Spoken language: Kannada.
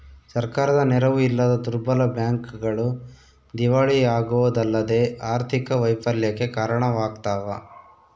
ಸರ್ಕಾರದ ನೆರವು ಇಲ್ಲದ ದುರ್ಬಲ ಬ್ಯಾಂಕ್ಗಳು ದಿವಾಳಿಯಾಗೋದಲ್ಲದೆ ಆರ್ಥಿಕ ವೈಫಲ್ಯಕ್ಕೆ ಕಾರಣವಾಗ್ತವ